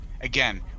again